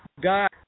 God